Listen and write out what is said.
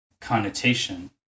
connotation